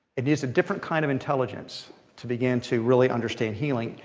it is a different kind of intelligence to begin to really understand healing.